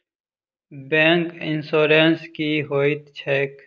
Bank insurance की होइत छैक?